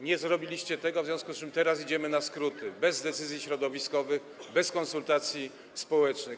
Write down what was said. Nie zrobiliście tego, w związku z czym teraz idziemy na skróty: bez decyzji środowiskowych, bez konsultacji społecznych.